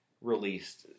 released